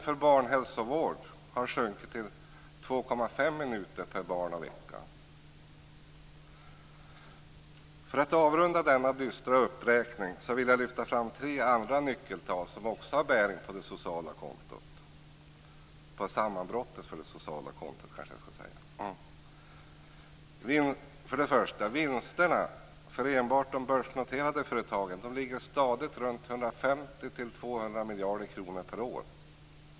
För att avrunda denna dystra uppräkning vill jag lyfta fram tre andra nyckeltal som också har bäring på det sociala kontots sammanbrott. För det första: Vinsterna för enbart de börsnoterade företagen ligger stadigt kring 150-200 miljarder kronor per år.